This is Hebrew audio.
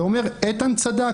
ואומר: "איתן צדק.